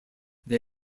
they